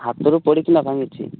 ହାତରୁ ପଡ଼ିକି ନା ଭାଙ୍ଗିଛି